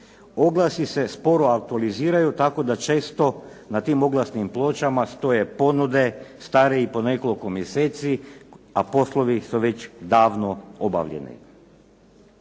Oglasi se sporo autoriziraju tako da često na tim oglasnim pločama stoje ponude stare i po nekoliko mjeseci a poslovi su već davno obavljeni.